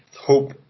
hope